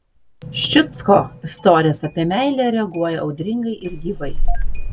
ščiuckio istorijas apie meilę reaguoja audringai ir gyvai